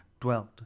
dwelt